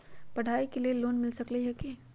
पढाई के लेल लोन मिल सकलई ह की?